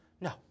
No